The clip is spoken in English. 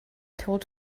told